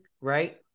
right